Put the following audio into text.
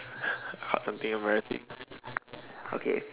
or something embarrassing okay